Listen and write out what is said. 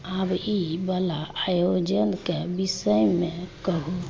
आबहिबला आयोजनक बिषयमे कहू